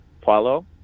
Paulo